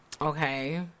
okay